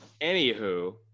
Anywho